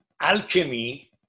Alchemy